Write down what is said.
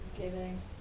giving